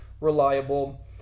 reliable